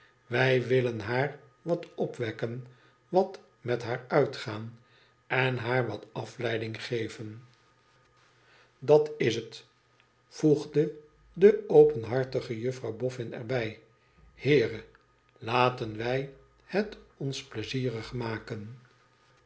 wij wülen haar wat opwekken wat met haar uitgaan en haar wat afleiding geven dat is het voegde deopenhartigejuffrouwboflqnerbij heere laten wij het ons pleizierig maken